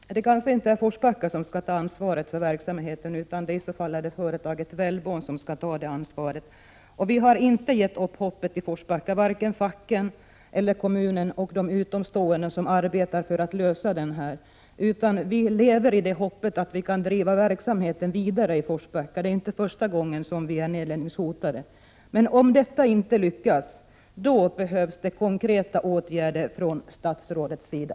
Herr talman! Det kanske inte är Forsbacka som skall ta ansvaret för verksamheten, utan företaget Welbond. Vi har inte gett upp hoppet i Forsbacka, varken facken, kommunen eller de utomstående som arbetar för att lösa problemen, utan vi lever i hopp om att verksamheten skall kunna drivas vidare. Det är inte första gången den är nedläggningshotad. Om försöken att rädda verksamheten inte lyckas, behövs det konkreta åtgärder från statsrådets sida.